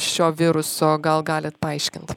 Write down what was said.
šio viruso gal galit paaiškint